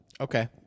Okay